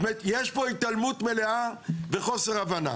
זאת אומרת, יש פה התעלמות מלאה וחוסר הבנה.